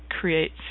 creates